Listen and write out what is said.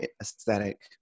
aesthetic